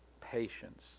patience